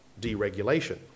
deregulation